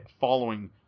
following